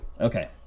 Okay